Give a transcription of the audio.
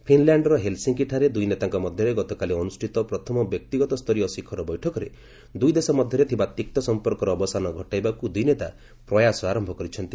ଫିନ୍ଲ୍ୟାଣ୍ଡ୍ର ହେଲ୍ସିଙ୍କିଠାରେ ଦୁଇନେତାଙ୍କ ମଧ୍ୟରେ ଗତକାଲି ଅନୁଷ୍ଠିତ ପ୍ରଥମ ବ୍ୟକ୍ତିଗତସ୍ତରୀୟ ଶିଖର ବୈଠକରେ ଦୁଇଦେଶ ମଧ୍ୟରେ ଥିବା ତିକ୍ତ ସଂପର୍କର ଅବସାନ ଘଟାଇବାକୁ ଦୁଇନେତା ପ୍ରୟାସ ଆରମ୍ଭ କରିଛନ୍ତି